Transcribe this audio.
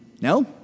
No